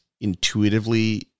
intuitively